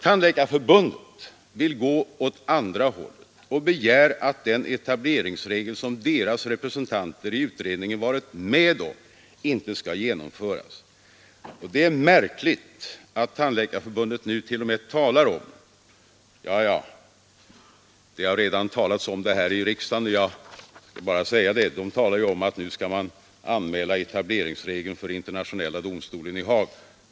Tandläkarförbundet vill gå åt det andra hållet och begär att den etableringsregel som deras representanter i utredningen varit med om att föreslå inte skall genomföras. Det är märkligt att Tandläkarförbundet nu t.o.m. talar om — det har redan nämnts här i kammaren — att etableringsregeln skall anmälas till Internationella domstolen i Haag.